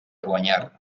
guanyar